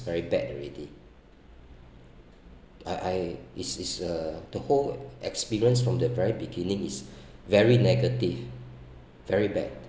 very bad already I I is is uh the whole experience from the very beginning is very negative very bad